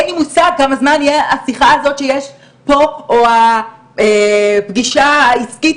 אין לי מושג כמה זמן תהיה השיחה או הפגישה העסקית,